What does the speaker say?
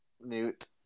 Newt